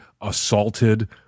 assaulted